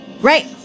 Right